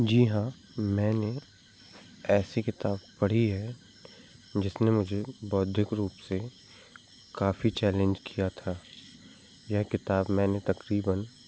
जी हाँ मैंने ऐसी किताब पढ़ी है जिसने मुझे बौद्धिक रूप से काफ़ी चैलेंज किया था ये किताब मैंने तकरीबन